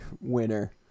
winner